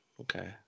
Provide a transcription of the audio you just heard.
Okay